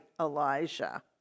Elijah